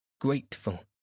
grateful